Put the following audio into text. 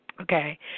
Okay